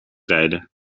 rijden